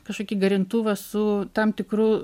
kažkokį garintuvą su tam tikru